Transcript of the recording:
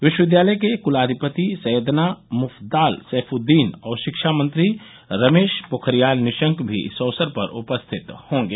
विश्वविद्यालय के कुलाधिपति सैयदना मुफद्दाल सैफुद्दीन और शिक्षा मंत्री रमेश पोखरियाल निशंक भी इस अवसर पर उपस्थित रहेंगे